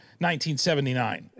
1979